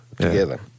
together